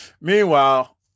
Meanwhile